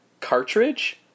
cartridge